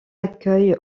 accueille